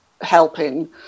helping